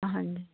ਹਾਂਜੀ